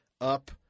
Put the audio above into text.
up